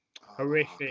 horrific